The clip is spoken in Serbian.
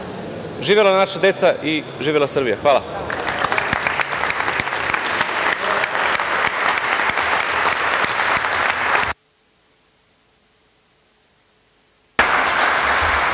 Živela naša deca i živela Srbija! Hvala.